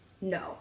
No